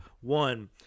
one